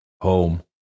Home